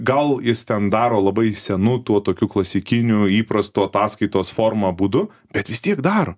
gal jis ten daro labai senų tuo tokiu klasikiniu įprasto ataskaitos forma būdu bet vis tiek daro